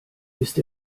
ist